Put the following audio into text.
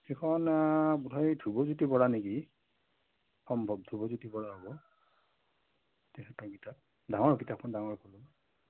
সেইখন বোধহয় ধ্ৰুৱজ্যোতি বৰা নেকি সম্ভৱ ধ্ৰুৱজ্যোতি বৰা হ'ব তেখেতৰ কিতাপ ডাঙৰ কিতাপখন ডাঙৰ ভলিউম